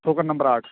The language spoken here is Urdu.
ٹوکن نمبر آٹھ